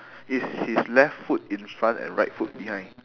is his left foot in front and right foot behind